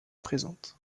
présente